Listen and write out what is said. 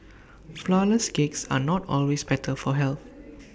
Flourless Cakes are not always better for health